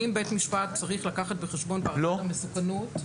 האם בית משפט צריך לקחת בחשבון פרמטר מסוכנות?